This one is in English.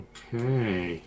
Okay